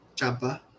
Champa